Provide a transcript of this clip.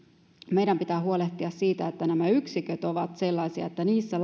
meidän pitää huolehtia siitä että nämä yksiköt ovat sellaisia että niissä